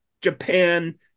Japan